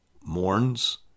mourns